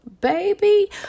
Baby